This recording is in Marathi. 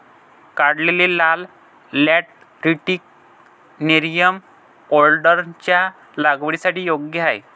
काढलेले लाल लॅटरिटिक नेरियम ओलेन्डरच्या लागवडीसाठी योग्य आहे